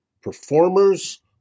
performers